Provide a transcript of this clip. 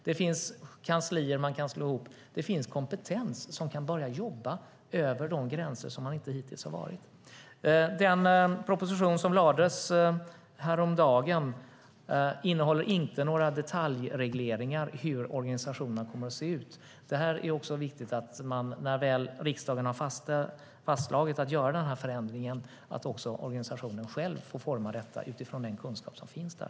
Det finns kanslier man kan slå ihop och kompetens som kan börja jobba över gränser. Den proposition som lades fram häromdagen innehåller inte några detaljregleringar för hur organisationen kommer att se ut. När väl riksdagen har fastslagit att göra denna förändring är det viktigt att organisationen själv får forma detta utifrån den kunskap som finns där.